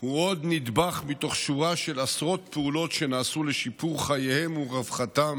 הוא עוד נדבך בתוך שורה של עשרות פעולות שנעשו לשיפור חייהם ורווחתם